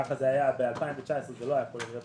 כך זה היה ב-2019, זה לא היה כולל רווח.